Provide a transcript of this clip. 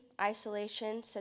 isolation